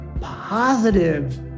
positive